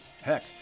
Heck